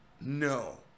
No